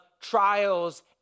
trials